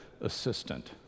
assistant